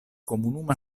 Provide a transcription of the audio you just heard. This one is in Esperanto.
komuna